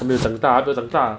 还没有长大还没有长大